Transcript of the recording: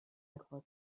grotte